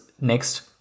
next